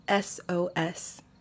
SOS